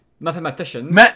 Mathematicians